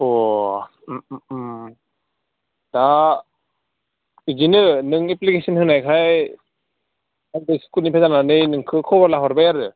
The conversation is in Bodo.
अ दा बिदिनो नों एफ्लिखेसन होनायखाय आंबो स्खुलनिफ्राय जानानै नोंखौ खबर लाहरबाय आरो